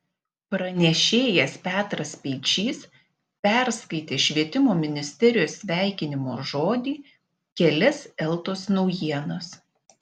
pranešėjas petras speičys perskaitė švietimo ministerijos sveikinimo žodį kelias eltos naujienas